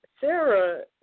Sarah